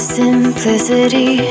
simplicity